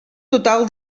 total